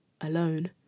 alone